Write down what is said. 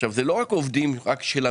עכשיו, זה לא רק עובדים של המפעל.